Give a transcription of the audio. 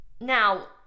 Now